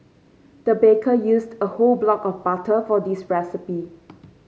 the baker used a whole block of butter for this recipe